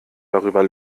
darüber